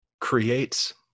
creates